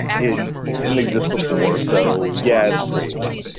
it didn't exist before, so yeah, it's creative.